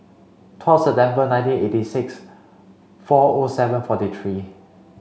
twelve September nineteen eighty six four O seven forty three